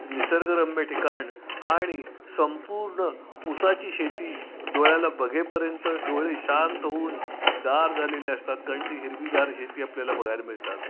निसर्गरम्य ठिकाण आणि संपूर्ण ऊसाची शेती डोळ्याला बघेपर्यंत डोळे शांत होऊन गार झालेले असतात कारण ती हिरवीगार शेती आपल्याला बघायला मिळतात